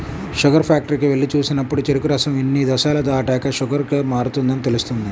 sugar ఫ్యాక్టరీకి వెళ్లి చూసినప్పుడు చెరుకు రసం ఇన్ని దశలు దాటాక షుగర్ గా మారుతుందని తెలుస్తుంది